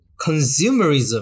consumerism